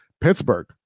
Pittsburgh